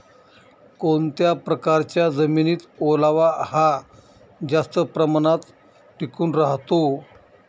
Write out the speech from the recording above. कोणत्या प्रकारच्या जमिनीत ओलावा हा जास्त प्रमाणात टिकून राहतो?